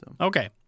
Okay